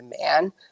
man